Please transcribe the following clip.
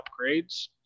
upgrades